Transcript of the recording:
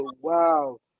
Wow